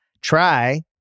Try